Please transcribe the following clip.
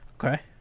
okay